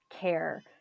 care